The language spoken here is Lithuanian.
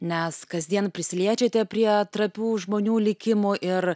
nes kasdien prisiliečiate prie trapių žmonių likimų ir